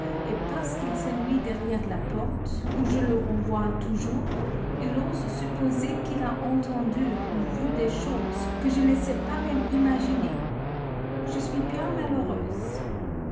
et parce qu'il s'ennuie derrière la porte où je le renvoie toujours il ose supposer qu'il a entendu ou vu des choses que je ne sais pas même imaginer je suis bien malheureuse